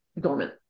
dormant